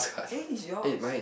eh he's yours